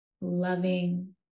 loving